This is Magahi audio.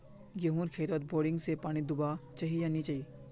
गेँहूर खेतोत बोरिंग से पानी दुबा चही या नी चही?